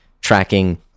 tracking